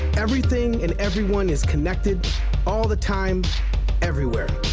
everything and everyone is connected all the time everywhere.